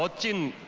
but jin